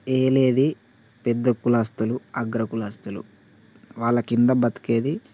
ఏలేది పెద్ద కులస్తులు అగ్ర కులస్తులు వాళ్ళ కింద బతికేది